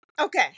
okay